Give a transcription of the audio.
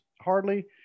hardly